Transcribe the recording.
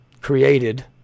created